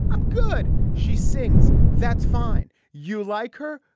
um good. she sings that's fine. you like her.